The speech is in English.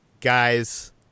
Guys